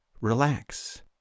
relax